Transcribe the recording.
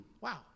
wow